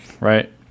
right